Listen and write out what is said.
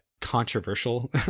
controversial